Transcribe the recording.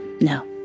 No